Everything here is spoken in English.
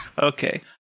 Okay